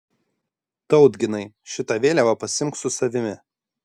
tautginai šitą vėliavą pasiimk su savimi